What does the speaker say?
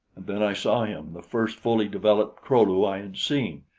then i saw him, the first fully developed kro-lu i had seen.